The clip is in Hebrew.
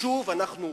שוב אנחנו,